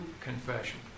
confession